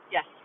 Yes